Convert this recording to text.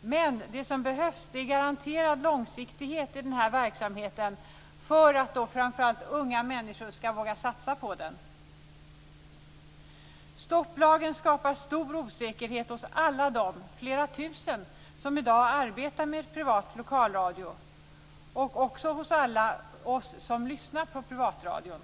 men det som behövs är garanterad långsiktighet i verksamheten för att framför allt unga människor skall våga satsa på den. Stopplagen skapar stor osäkerhet hos alla dem - flera tusen - som i dag arbetar med privat lokalradio, och också hos alla oss som lyssnar på privatradion.